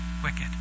wicked